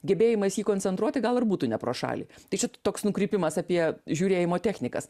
gebėjimas jį koncentruoti gal ir būtų ne pro šalį tai čia toks nukrypimas apie žiūrėjimo technikas